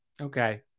Okay